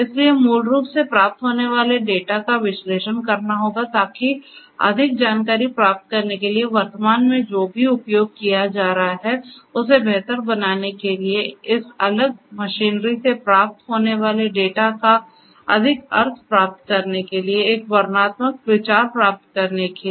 इसलिए मूल रूप से प्राप्त होने वाले डेटा का विश्लेषण करना होगा ताकि अधिक जानकारी प्राप्त करने के लिए वर्तमान में जो भी उपयोग किया जा रहा है उसे बेहतर बनाने के लिए इस अलग मशीनरी से प्राप्त होने वाले डेटा का अधिक अर्थ प्राप्त करने के लिए एक वर्णनात्मक विचार प्राप्त करने के लिए